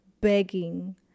begging